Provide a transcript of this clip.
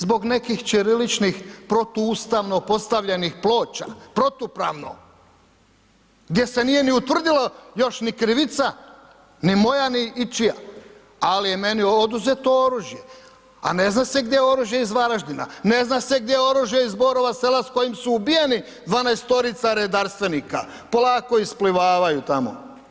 Zbog nekih ćiriličnih protuustavno postavljenih ploča, protupravno, gdje se nije ni utvrdilo još ni krivica, ni moja ni ičija ali je meni oduzeto oružje a ne zna se gdje je oružje iz Varaždina, ne zna se gdje je oružje iz Borova Sela s kojim su ubijeni 12 redarstvenika, polako isplivavaju tamo.